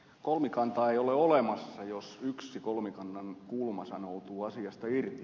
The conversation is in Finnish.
kolmikantaa ei ole olemassa jos yksi kolmikannan kulma sanoutuu asiasta irti